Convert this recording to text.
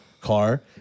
car